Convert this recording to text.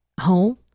home